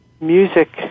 music